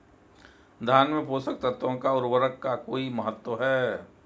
धान में पोषक तत्वों व उर्वरक का कोई महत्व है?